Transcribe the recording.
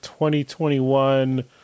2021